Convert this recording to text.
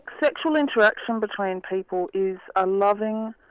sexual interaction between people is a loving,